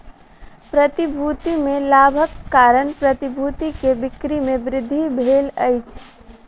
प्रतिभूति में लाभक कारण प्रतिभूति के बिक्री में वृद्धि भेल अछि